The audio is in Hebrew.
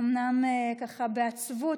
אומנם ככה בעצבות,